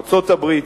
ארצות-הברית,